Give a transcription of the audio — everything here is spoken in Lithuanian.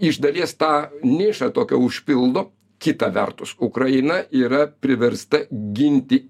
iš dalies tą nišą tokią užpildo kita vertus ukraina yra priversta ginti